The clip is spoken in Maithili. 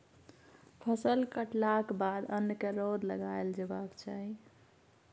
फसल कटलाक बाद अन्न केँ रौद लगाएल जेबाक चाही